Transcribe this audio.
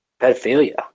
pedophilia